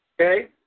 Okay